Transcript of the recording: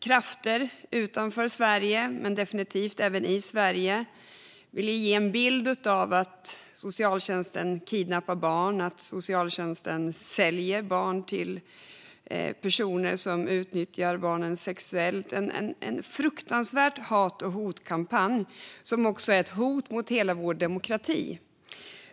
Krafter utanför Sverige men definitivt även i Sverige ville ge en bild av att socialtjänsten kidnappar barn och säljer barn till personer som utnyttjar barnen sexuellt. Det var en fruktansvärd hat och hotkampanj som också är ett hot mot hela vår demokrati.